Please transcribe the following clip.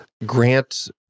grant